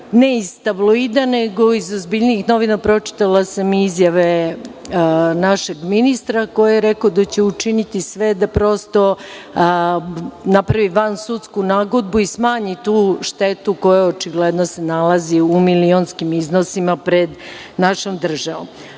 ne iz tabloida, nego iz ozbiljnijih novina pročitala sam izjave našeg ministra, koji je rekao da će učiniti sve da napravi vansudsku nagodbu i smanji tu štetu koja se očigledno nalazi u milionskim iznosima pred našom državom. Želim